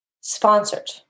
sponsored